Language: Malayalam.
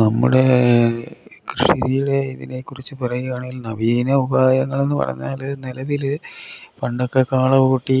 നമ്മുടെ കൃഷിയിലെ ഇതിനെക്കുറിച്ച് പറയുകയാണെങ്കിൽ നവീന ഉപായങ്ങളെന്നു പറഞ്ഞാൽ നിലവിൽ പണ്ടൊക്കെ കാളകൂട്ടി